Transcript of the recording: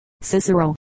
Cicero